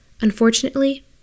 Unfortunately